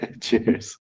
Cheers